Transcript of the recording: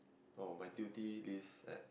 oh my duty this at